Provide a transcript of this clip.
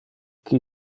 qui